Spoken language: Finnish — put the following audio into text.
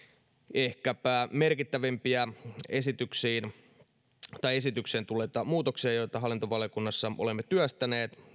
ehkäpä merkittävin esitykseen tullut muutos jota hallintovaliokunnassa olemme työstäneet